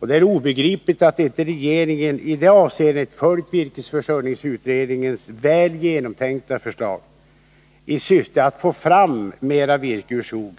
Det är obegripligt att inte regeringen i detta avseende följt virkesutredningens väl genomtänkta förslag i syfte att få fram mer virke ur skogen.